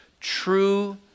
true